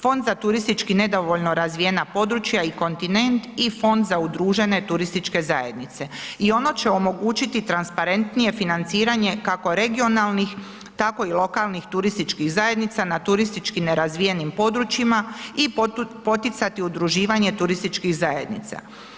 Fond za turistički nedovoljno razvijena područja i kontinent i fond za udružene turističke zajednice i ono će omogućiti transparentnije financiranje kako regionalnih tako i lokalnih turističkih zajednica na turistički nerazvijenim područjima i poticati udruživanje turističkih zajednica.